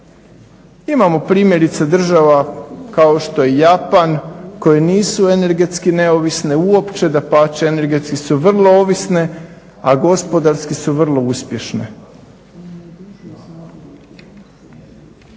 Imamo primjerice država kao što je Japan koje nisu energetski neovisne uopće, dapače energetski su vrlo ovisne, a gospodarski su vrlo uspješne.